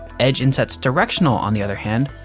edgeinsetsdirectional, on the other hand,